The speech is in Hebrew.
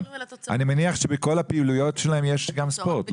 אני מניח שבכל הפעילויות שלהם יש גם ספורט,